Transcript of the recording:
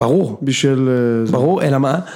ברור. בשביל... ברור, אלא מה?